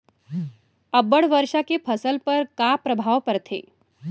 अब्बड़ वर्षा के फसल पर का प्रभाव परथे?